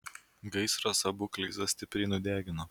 gaisras abu kleizas stipriai nudegino